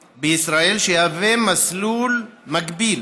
בישראל, שיהווה מסלול מקביל